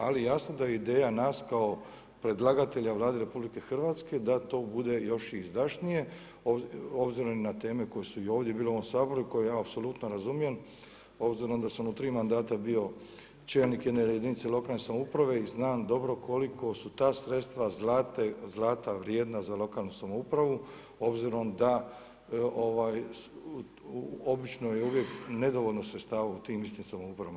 Ali jasno da je ideja nas kao predlagatelja Vlade RH da to bude još i izdašnije obzirom i na teme koje su i ovdje bile u ovom Saboru i koje ja apsolutno razumijem obzirom da sam u tri mandata bio čelnik jedne jedinice lokalne samouprave i znam dobro koliko su ta sredstva zlata vrijedna za lokalnu samoupravu obzirom da obično je uvijek nedovoljno sredstava u tim istim samoupravama.